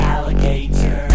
Alligator